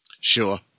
Sure